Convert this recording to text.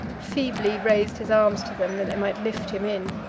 feebly raised his arms to them, that they might lift him in.